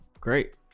great